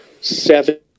seven